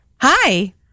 Hi